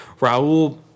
Raul